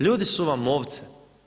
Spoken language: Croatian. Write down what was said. Ljudi su vam ovce.